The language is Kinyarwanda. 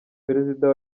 perezida